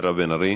מירב בן ארי,